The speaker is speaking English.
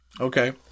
okay